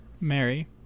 Mary